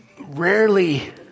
Rarely